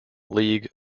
league